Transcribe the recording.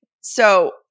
So-